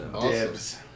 dibs